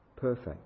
perfect